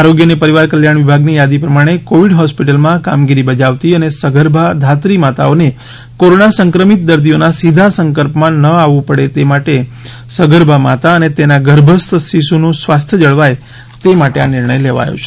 આરોગ્ય અને પરિવાર કલ્યાણ વિભાગની યાદી પ્રમાણે કોવિડ હોસ્પિટલોમાં કામગીરી બજાવતી અને સગર્ભાધાત્રી માતાઓને કોરોના સંક્રમિત દર્દીઓના સીધા સંપર્કમાં ન આવવું પડે અને સગર્ભા માતા અને તેના ગર્ભસ્થ શીશુનું સ્વાસ્થય જળવાય તે માટે આ નિર્ણય લેવાયો છે